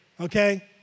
okay